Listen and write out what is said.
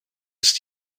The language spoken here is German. ist